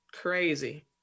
crazy